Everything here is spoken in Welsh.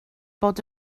bod